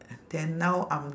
then now I'm